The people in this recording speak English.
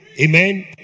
Amen